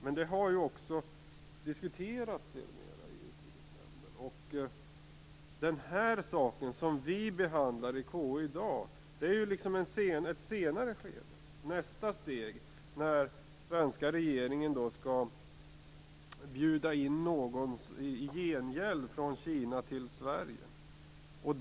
Men frågan har sedemera diskuterats i Utrikesnämnden. Den fråga som vi behandlar i dag gäller ett senare skede när svenska regeringen skall bjuda in någon i gengäld från Kina till Sverige.